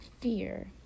fear